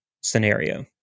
scenario